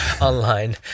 online